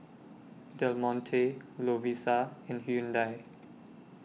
Del Monte Lovisa and Hyundai